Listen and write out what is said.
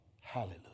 Hallelujah